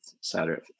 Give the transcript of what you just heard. saturday